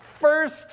First